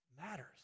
matters